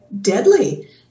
deadly